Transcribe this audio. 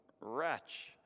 wretch